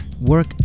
work